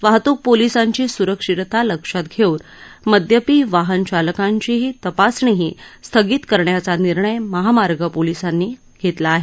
वाहतूक पोलिसांची सुरक्षितता लक्षात घेऊन मदयपी वाहन चालकांची तपासणीही स्थगित करण्याचा निर्णय महामार्ग पोलिसांनी घेतला आहे